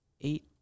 eight